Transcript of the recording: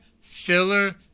filler